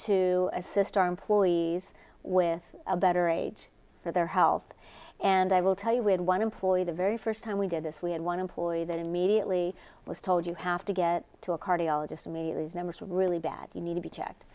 to assist our employees with a better age for their health and i will tell you we had one employee the very first time we did this we had one employee that immediately was told you have to get to a cardiologist meet these numbers really bad you need to be checked